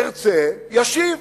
ירצה, ישיב,